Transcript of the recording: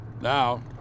Now